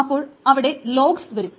അപ്പോൾ ഇവിടെ ലോഗ്സ് വരും